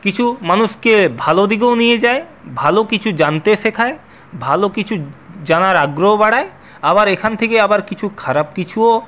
কিছু মানুষকে ভালো দিকেও নিয়ে যায় ভালো কিছু জানতে শেখায় ভালো কিছু জানার আগ্রহ বাড়ায় আবার এখান থেকে আবার কিছু খারাপ কিছুও